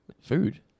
Food